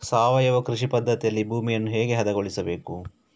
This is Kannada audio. ಸಾವಯವ ಕೃಷಿ ಪದ್ಧತಿಯಲ್ಲಿ ಭೂಮಿಯನ್ನು ಹೇಗೆ ಹದಗೊಳಿಸಬೇಕು?